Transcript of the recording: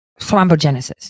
Thrombogenesis